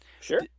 Sure